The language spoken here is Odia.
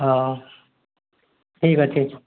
ହଁ ଠିକ୍ ଅଛି